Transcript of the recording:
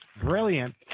brilliant –